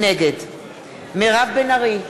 נגד מירב בן ארי,